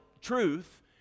truth